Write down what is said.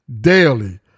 daily